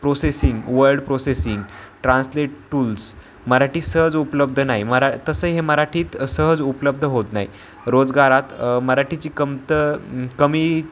processing word processing translate tools मराठीत सहज उपलब्ध नाही मरा तसं हे मराठीत सहज उपलब्ध होत नाही रोजगारात मराठीची कमतं कमी